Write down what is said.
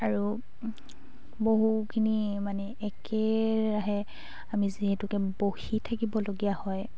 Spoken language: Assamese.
আৰু বহুখিনি মানে একেৰাহে আমি যিহেতুকে বহি থাকিবলগীয়া হয়